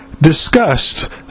discussed